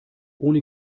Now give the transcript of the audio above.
ohne